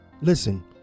Listen